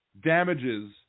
damages